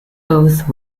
both